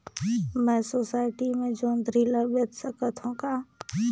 मैं सोसायटी मे जोंदरी ला बेच सकत हो का?